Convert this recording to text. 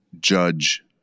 judge